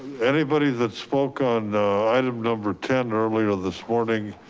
anybody that spoke on item number ten earlier this morning,